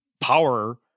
power